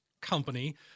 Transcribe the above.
company